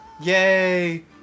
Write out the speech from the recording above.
Yay